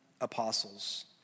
apostles